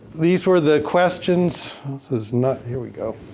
these were the questions. this is not, here we go.